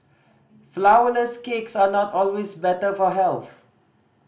flourless cakes are not always better for health